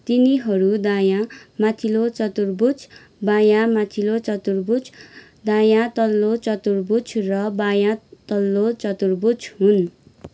तिनीहरू दायाँ माथिल्लो चतुर्भुज बायाँ माथिल्लो चतुर्भुज दायाँ तल्लो चतुर्भुज र बायाँ तल्लो चतुर्भुज हुन्